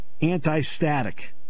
anti-static